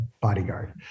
bodyguard